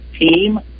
team